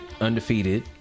undefeated